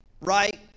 right